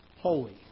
...holy